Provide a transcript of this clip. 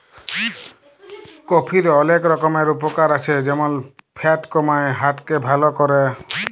কফির অলেক রকমের উপকার আছে যেমল ফ্যাট কমায়, হার্ট কে ভাল ক্যরে